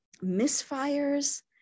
misfires